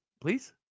Please